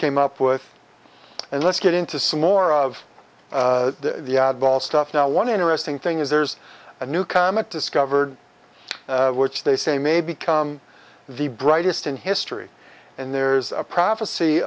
came up with and let's get into some more of the oddball stuff now one interesting thing is there's a new comic discovered which they say may become the brightest in history and there's a prophecy